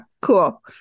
cool